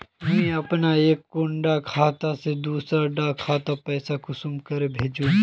मुई अपना एक कुंडा खाता से दूसरा डा खातात पैसा कुंसम करे भेजुम?